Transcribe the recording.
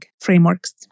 frameworks